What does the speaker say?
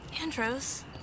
andros